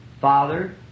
Father